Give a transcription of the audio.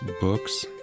books